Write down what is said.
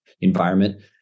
Environment